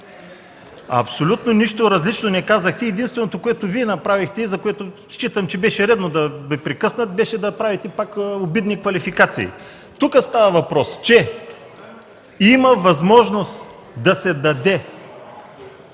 Абсолютно нищо различно не казахте. Единственото, което направихте, и считам, че беше редно да Ви прекъснат, беше да правите пак обидни квалификации. Тук става въпрос, че има възможност да се даде